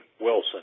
Wilson